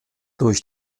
durch